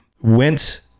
went